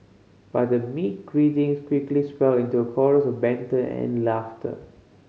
but the meek greetings quickly swelled into a chorus of banter and laughter